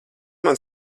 man